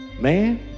Man